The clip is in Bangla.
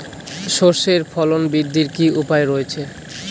সর্ষের ফলন বৃদ্ধির কি উপায় রয়েছে?